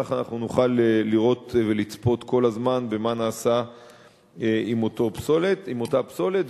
וככה נוכל לראות ולצפות כל הזמן במה שנעשה עם אותה פסולת.